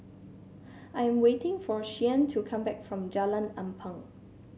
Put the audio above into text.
I am waiting for Shianne to come back from Jalan Ampang